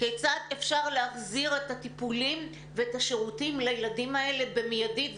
כיצד אפשר להחזיר את הטיפולים ואת השירותים לילדים האלה במיידית.